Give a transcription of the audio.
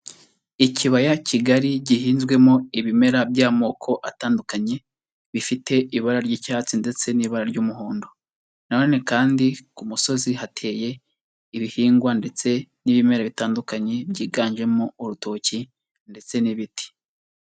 Ikibaya kigari gihinzwemo ibimera by'amoko atandukanye, bifite ibara ry'icyatsi ndetse n'ibara ry'umuhondo, na none kandi ku musozi hateye ibihingwa ndetse n'ibimera bitandukanye, byiganjemo urutoki ndetse n'ibiti.